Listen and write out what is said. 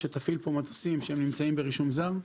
שתפעיל פה מטוסים שנמצאים ברישום זר.